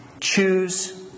choose